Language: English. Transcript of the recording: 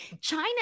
china